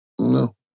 no